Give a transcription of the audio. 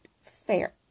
Fair